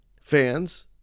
fans